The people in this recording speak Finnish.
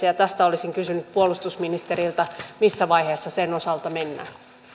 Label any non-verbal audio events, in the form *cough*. *unintelligible* ja tästä olisin kysynyt puolustusministeriltä että missä vaiheessa sen osalta mennään